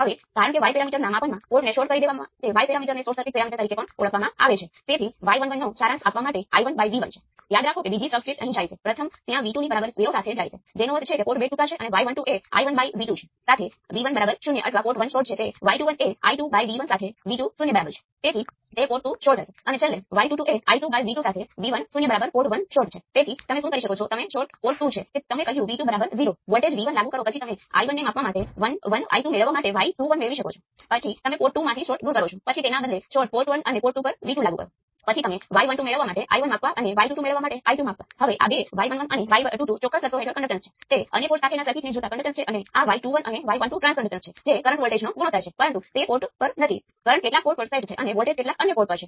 હવે મને અન્ય સર્કિટ લેવા દો જે હું કંટ્રોલ સોર્સ છે